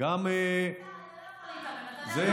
השר,